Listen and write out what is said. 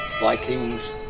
Vikings